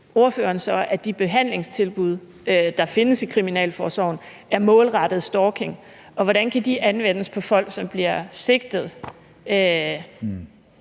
ordføreren så, at de behandlingstilbud, der findes i kriminalforsorgen, er målrettet stalking? Og hvordan kan de anvendes på folk, som bliver sigtet,